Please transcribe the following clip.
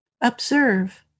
observe